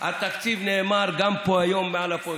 התקציב, נאמר גם פה היום מעל הפודיום,